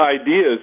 ideas